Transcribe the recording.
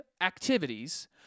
activities